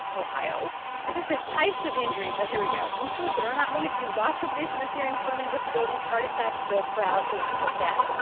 ohio participant types of injuries oh, here we go include but are not limited to loss of vision or hearing, permanent disabilities, heart attack, stroke, paralysis or death.